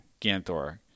Ganthor